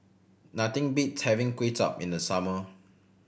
nothing beats having Kuay Chap in the summer